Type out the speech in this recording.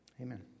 amen